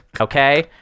okay